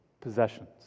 possessions